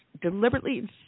deliberately